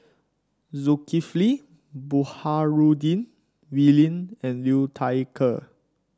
Zulkifli Baharudin Wee Lin and Liu Thai Ker